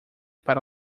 para